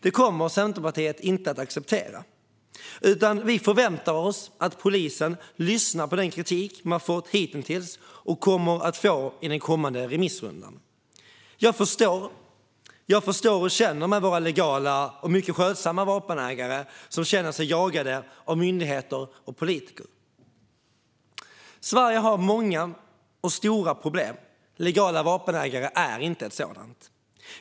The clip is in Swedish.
Det kommer Centerpartiet inte att acceptera, utan vi förväntar oss att polisen lyssnar på den kritik man fått hitintills och kommer att få i den kommande remissrundan. Jag förstår och känner med våra legala och mycket skötsamma vapenägare som känner sig jagade av myndigheter och politiker. Sverige har många och stora problem. Legala vapenägare är inte ett sådant.